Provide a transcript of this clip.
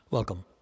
Welcome